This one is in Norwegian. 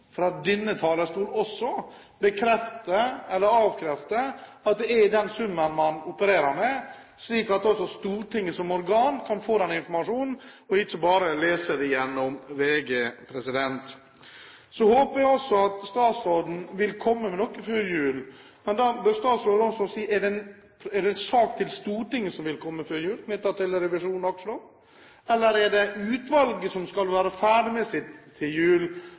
fra denne talerstolen bekrefte, eller avkrefte, at det er den summen man opererer med, slik at også Stortinget som organ kan få denne informasjonen, og ikke bare lese det i VG? Så håper jeg også at statsråden vil komme med noe før jul. Men da bør statsråden si om det er en sak til Stortinget som vil komme før jul knyttet til revisjon av aksjeloven, eller om det er utvalget som skal være ferdig med sitt arbeid til jul,